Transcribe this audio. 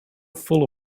full